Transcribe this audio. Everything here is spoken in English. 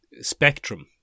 Spectrum